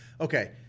okay